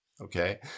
Okay